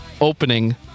opening